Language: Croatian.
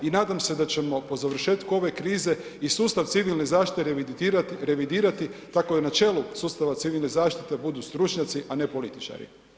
I nadam se da ćemo po završetku ove krize i sustav Civilne zaštite revidirati tako i na čelu sustava Civilne zaštite budu stručnjaci, a ne političari.